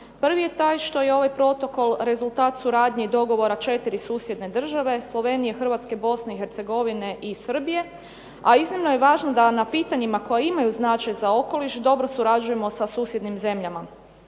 Prvi je taj što je ovaj protokol rezultat suradnje i dogovora četiri susjedne države, Slovenije, Hrvatske, Bosne i Hercegovine i Srbije, a iznimno je važno da na pitanjima koja imaju značaj za okoliš dobro surađujemo sa susjednim zemljama.